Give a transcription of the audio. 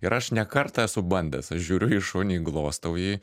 ir aš ne kartą esu bandęs aš žiūriu į šunį glostau jį